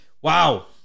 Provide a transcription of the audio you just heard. wow